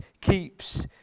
keeps